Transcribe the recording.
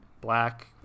black